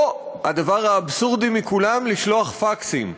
או הדבר האבסורדי מכולם, לשלוח פקסים.